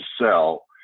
sell